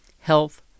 Health